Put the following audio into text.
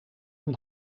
een